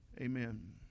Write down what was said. amen